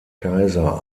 kaiser